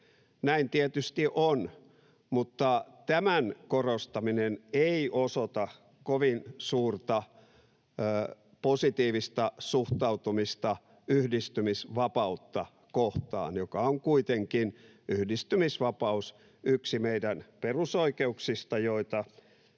Näin tietysti on, mutta tämän korostaminen ei osoita kovin suurta positiivista suhtautumista yhdistymisvapautta kohtaan, ja yhdistymisvapaus on kuitenkin yksi meidän perusoikeuksista, joita